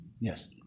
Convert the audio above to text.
Yes